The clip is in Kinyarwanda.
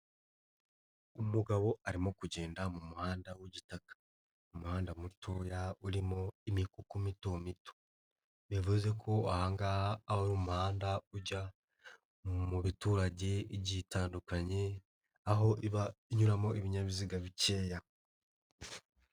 Umugabo arimo kugenda mu muhanda w'igitaka, umuhanda muto urimo imikuku mito mito bivuze ko ahangaha aho umuhanda ujya mu baturage igiye itandukanye, aho iba inyuramo ibinyabiziga bikeya.